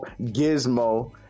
Gizmo